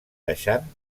deixant